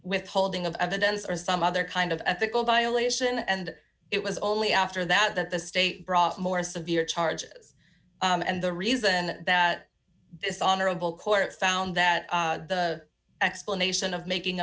withholding of evidence or some other kind of ethical violation and it was only after that that the state brought more severe charges and the reason that this honorable court found that explanation of making a